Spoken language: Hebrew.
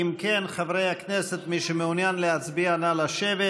אם כן, חברי הכנסת, מי שמעוניין להצביע, נא לשבת.